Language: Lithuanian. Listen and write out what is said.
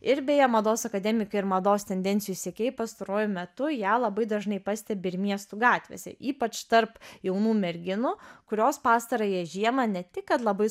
ir beje mados akademikai ir mados tendencijų sekėjai pastaruoju metu ją labai dažnai pastebi ir miestų gatvėse ypač tarp jaunų merginų kurios pastarąją žiemą ne tik kad labai